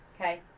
okay